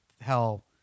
hell